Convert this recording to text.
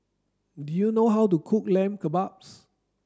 do you know how to cook Lamb Kebabs